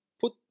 Put